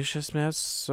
iš esmės